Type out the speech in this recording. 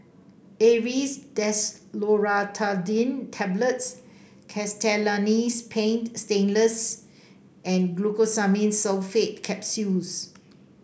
Aerius Desloratadine Tablets Castellani's Paint Stainless and Glucosamine Sulfate Capsules